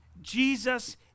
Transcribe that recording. Jesus